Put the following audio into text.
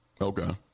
Okay